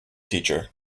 teacher